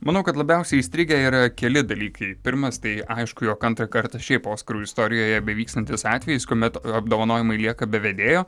manau kad labiausiai įstrigę yra keli dalykai pirmas tai aišku jog antrą kartą šiaip oskarų istorijoje bevykstantis atvejis kuomet apdovanojimai lieka be vedėjo